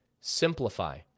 Simplify